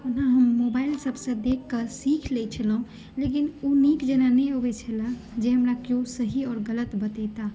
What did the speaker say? ओना हम मोबाइलसभसँ देख कऽ सीख लैत छलहुँ लेकिन ओ नीक जेना नहि अबैत छले जे हमरा के सही आ गलत बतेता